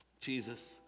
Jesus